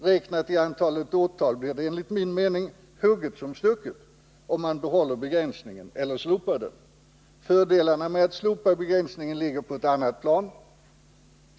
Räknat i antalet åtal blir det enligt min uppfattning hugget som stucket om man behåller begränsningen eller slopar den. Fördelarna med att slopa begränsningen ligger på ett annat plan.